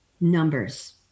numbers